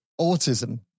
autism